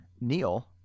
neil